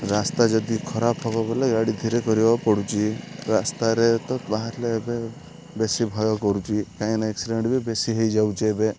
ରାସ୍ତା ଯଦି ଖରାପ ହବ ବଲେ ଗାଡ଼ି ଧୀରେ କରିବାକୁ ପଡ଼ୁଛି ରାସ୍ତାରେ ତ ବାହାରିଲେ ଏବେ ବେଶୀ ଭୟ କରୁଛି କାହିଁକି ନା ଏକ୍ସିଡ଼େଣ୍ଟ ବି ବେଶୀ ହେଇଯାଉଛି ଏବେ